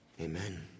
Amen